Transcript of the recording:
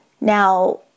Now